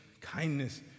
kindness